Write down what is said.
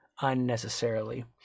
unnecessarily